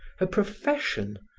her profession,